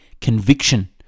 conviction